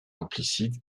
implicite